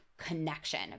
connection